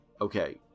Okay